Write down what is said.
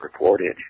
reportage